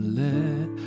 let